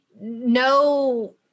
no